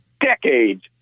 decades